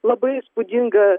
labai įspūdingą